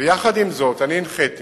ויחד עם זאת אני הנחיתי